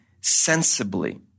sensibly